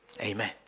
Amen